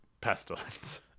Pestilence